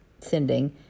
sending